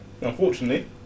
Unfortunately